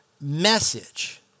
message